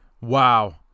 Wow